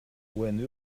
when